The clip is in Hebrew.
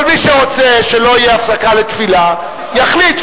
כל מי שרוצה שלא תהיה הפסקה לתפילה יחליט,